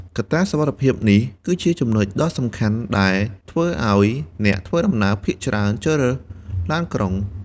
កត្តាសុវត្ថិភាពនេះគឺជាចំណុចដ៏សំខាន់ដែលធ្វើឱ្យអ្នកធ្វើដំណើរភាគច្រើនជ្រើសរើសឡានក្រុង។